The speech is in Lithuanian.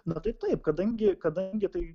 na tai taip kadangi kadangi tai